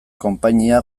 konpainia